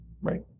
Right